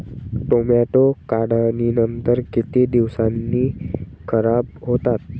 Tomato काढणीनंतर किती दिवसांनी खराब होतात?